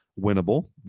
winnable